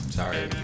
sorry